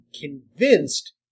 convinced